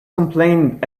complaint